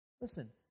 Listen